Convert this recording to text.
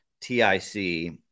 TIC